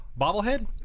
Bobblehead